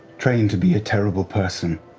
trained to be a terrible person.